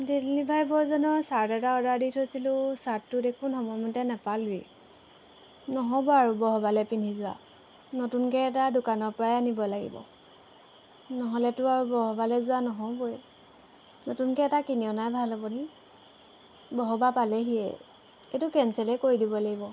delivery বয়জনৰ shirt এটা order দি থৈছিলোঁ শ্বাৰ্টটো দেখোন সময়মতে নেপালোৱেই নহ'ব আৰু বহবালৈ পিন্ধি যোৱা নতুনকৈ এটা দোকানৰ পৰাই আনিব লাগিব নহ'লেতো আৰু বহবালৈ যোৱা নহ'বই নতুনকৈ এটা কিনি অনাই ভাল হ'ব নি বহবা পালেহিয়ে এইটো কেঞ্চেলেই কৰি দিব লাগিব